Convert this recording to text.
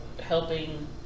helping